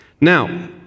Now